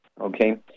Okay